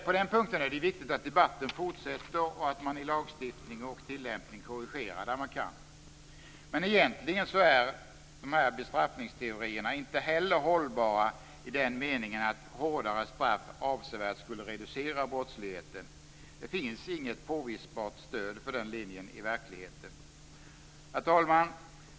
På den punkten är det viktigt att debatten fortsätter och att man i lagstiftning och tillämpning korrigerar där man kan. Men egentligen är inte heller bestraffningsteorierna hållbara i den meningen att hårdare straff avsevärt skulle reducera brottsligheten. Det finns inget påvisbart stöd för denna linje i verkligheten. Herr talman!